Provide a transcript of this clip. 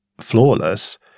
flawless